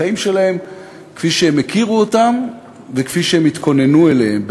החיים שלהם כפי שהם הכירו אותם וכפי שהם התכוננו אליהם.